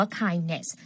kindness